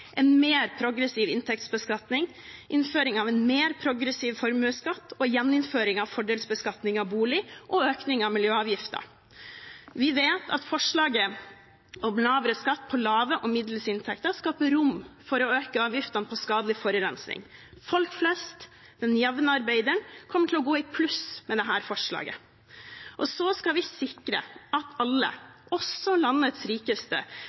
en mer progressiv inntektsbeskatning, innføring av en mer progressiv formuesskatt og gjeninnføring av fordelsbeskatning av bolig og økning av miljøavgiften. Vi vet at forslaget om lavere skatt på lave og middels inntekter skaper rom for å øke avgiftene på skadelig forurensning. Folk flest, den jevne arbeideren, kommer til å gå i pluss med dette forslaget. Og så skal vi sikre at alle, også landets rikeste,